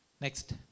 Next